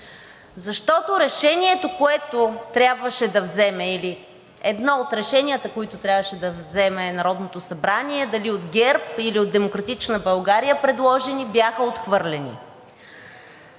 защото решението, което трябваше да вземе, или едно от решенията, които трябваше да вземе Народното събрание, дали от ГЕРБ или от „Демократична България“ предложени, бяха отхвърлени.